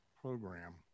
program